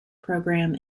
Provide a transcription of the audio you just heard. program